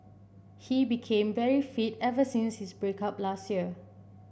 he became very fit ever since his break up last year